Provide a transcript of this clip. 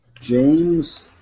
James